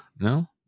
No